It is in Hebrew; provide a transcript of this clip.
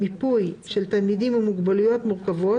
מיפוי של תלמידים עם מוגבלויות מורכבות,